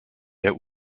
der